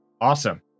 Awesome